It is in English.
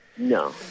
No